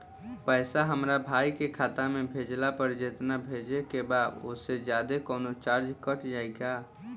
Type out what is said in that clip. पैसा हमरा भाई के खाता मे भेजला पर जेतना भेजे के बा औसे जादे कौनोचार्ज कट जाई का?